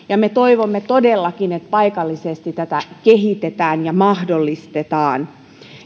ja me toivomme todellakin että paikallisesti tätä kehitetään ja mahdollistetaan